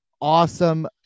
awesome